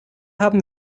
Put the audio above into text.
haben